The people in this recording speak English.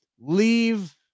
leave